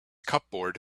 cupboard